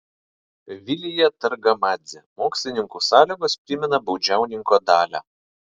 vilija targamadzė mokslininkų sąlygos primena baudžiauninko dalią